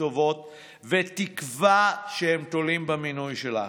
טובות ותקווה שהם תולים במינוי שלך.